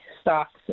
stocks